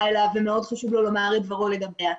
אליו ומאוד חשוב לו לומר את דברו לגביה.